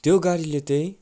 त्यो गाडीले चाहिँ